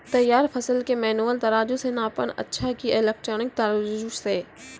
तैयार फसल के मेनुअल तराजु से नापना अच्छा कि इलेक्ट्रॉनिक तराजु से?